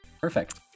perfect